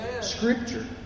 Scripture